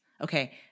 Okay